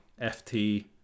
ft